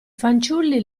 fanciulli